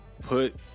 put